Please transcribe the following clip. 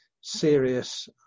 serious